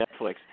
Netflix